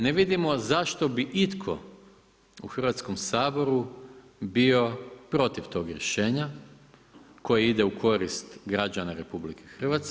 Ne vidim zašto bi itko u Hrvatskom saboru bio protiv tog rješenja koje ide u korist građana RH.